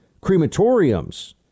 crematoriums